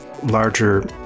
Larger